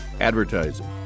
Advertising